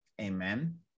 Amen